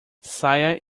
saia